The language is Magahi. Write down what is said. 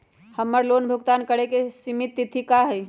हमर लोन भुगतान करे के सिमित तिथि का हई?